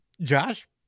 Josh